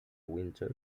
winter